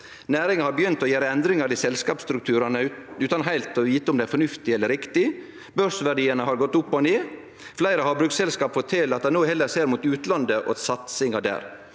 næringa har begynt å gjere endringar i selskapsstrukturane utan heilt å vite om det er fornuftig eller riktig, børsverdiane har gått opp og ned, og fleire havbruksselskap fortel at dei no heller ser mot utlandet og satsinga der.